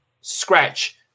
scratch